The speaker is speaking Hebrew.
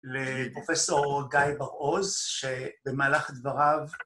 לפרופסור גיא בר-עוז, שבמהלך דבריו